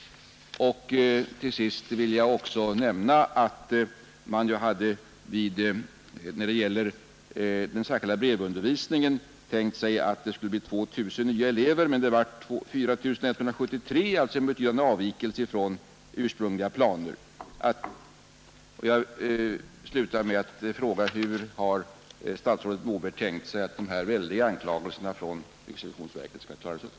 Till sist vill jag också nämna att man vid den särskilda brevundervisningen hade tänkt sig att det skulle bli 2 000 nya elever, men det blev 4 173, alltså en betydande avvikelse från ursprungliga planer. Jag slutar med att fråga: Hur har statsrådet Moberg tänkt sig att de här väldiga anklagelserna från riksrevisionsverket skall klaras upp?